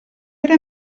era